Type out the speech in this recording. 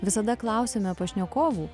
visada klausiame pašnekovų